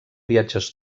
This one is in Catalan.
viatges